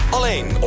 Alleen